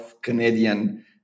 Canadian